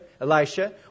Elisha